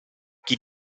chi